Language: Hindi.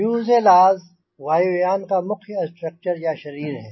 फ़्यूज़ेलाज़ वायुयान का मुख्य स्ट्रक्चर या शरीर है